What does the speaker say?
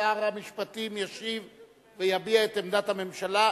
המשפטים ישיב ויביע את עמדת הממשלה.